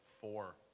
four